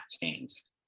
changed